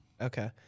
Okay